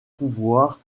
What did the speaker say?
pouvoir